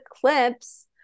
clips